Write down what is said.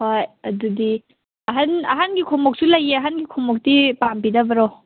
ꯍꯣꯏ ꯑꯗꯨꯗꯤ ꯑꯍꯟꯒꯤ ꯈꯣꯡꯎꯞꯁꯨ ꯂꯩꯌꯦ ꯑꯍꯟꯒꯤ ꯈꯣꯡꯎꯞꯇꯤ ꯄꯥꯝꯕꯤꯗꯕ꯭ꯔꯣ